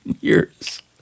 years